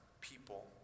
people